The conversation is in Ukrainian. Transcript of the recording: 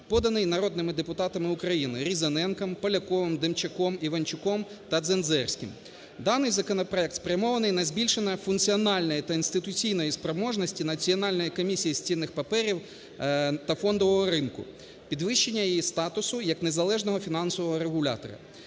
поданий народними депутатами України Різаненком, Поляковим, Демчаком, Іванчуком та Дзензерським. Даний законопроект спрямований на збільшення функціональної та інституційної спроможності Національної комісії з цінних паперів та фондового ринку, підвищення його статусу як незалежного фінансового регулятора.